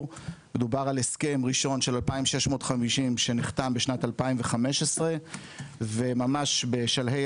מדובר על הסכם ראשון של 2,650 שנחתם בשנת 2015 וממש בשלהי